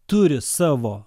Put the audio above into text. turi savo